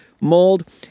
mold